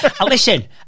Listen